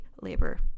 labor